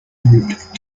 route